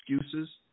excuses